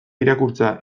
irakurtzea